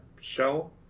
shell